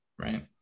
Right